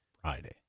Friday